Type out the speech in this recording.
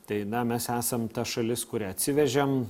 tai na mes esam ta šalis kurią atsivežėm